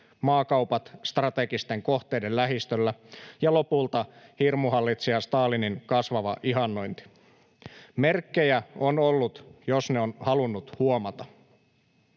maakaupat strategisten kohteiden lähistöllä ja lopulta hirmuhallitsija Stalinin kasvava ihannointi. Merkkejä on ollut, jos ne on halunnut huomata.